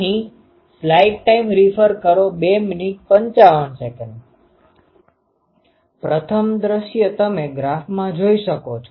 પ્રથમ તમે દૃશ્ય ગ્રાફમાં જોઈ શકો છો